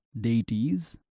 deities